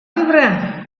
librea